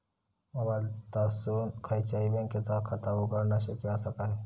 मोबाईलातसून खयच्याई बँकेचा खाता उघडणा शक्य असा काय?